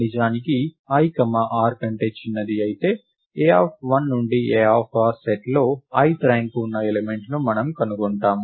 నిజానికి i r కంటే చిన్నది అయితే a1 నుండి ar సెట్లో ith ర్యాంక్ ఉన్న ఎలిమెంట్ ను మనం కనుగొంటాము